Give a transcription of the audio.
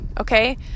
okay